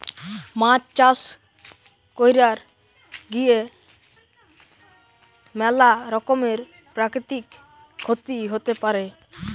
মাছ চাষ কইরার গিয়ে ম্যালা রকমের প্রাকৃতিক ক্ষতি হতে পারে